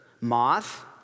moth